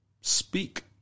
speak